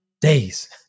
days